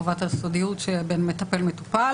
ולחובת הסודיות בין מטפל למטופל,